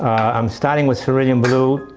i'm starting with cerulean blue,